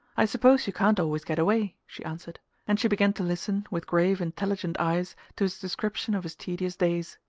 i suppose you can't always get away, she answered and she began to listen, with grave intelligent eyes, to his description of his tedious days.